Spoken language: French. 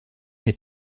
est